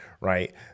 right